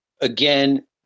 Again